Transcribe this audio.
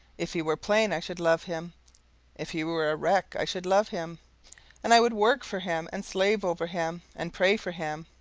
if he were plain, i should love him if he were a wreck, i should love him and i would work for him, and slave over him, and pray for him,